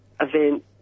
event